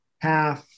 half